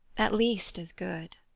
at least as good.